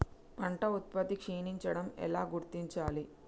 పంట ఉత్పత్తి క్షీణించడం ఎలా గుర్తించాలి?